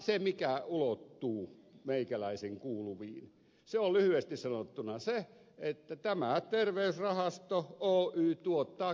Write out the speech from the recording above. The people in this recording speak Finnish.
se mikä ulottuu meikäläisen kuuluviin on lyhyesti sanottuna se että tämä terveysrahasto oy tuottaa kilpailuvääristymiä